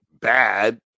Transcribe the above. bad